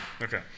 Okay